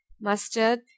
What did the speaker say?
mustard